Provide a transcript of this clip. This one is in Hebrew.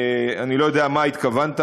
אני לא יודע למה התכוונת,